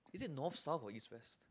is it north south or east west